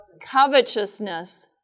Covetousness